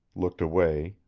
looked away,